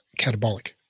catabolic